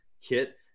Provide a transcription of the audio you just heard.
kit